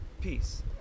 Peace